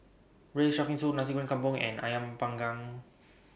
Braised Shark Fin Soup Nasi Goreng Kampung and Ayam Panggang